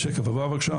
ההישגים הם נמוכים